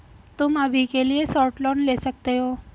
तुम अभी के लिए शॉर्ट लोन ले सकते हो